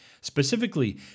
specifically